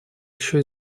еще